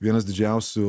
vienas didžiausių